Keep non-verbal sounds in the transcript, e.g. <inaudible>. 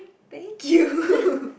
thank you <laughs>